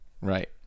Right